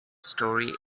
story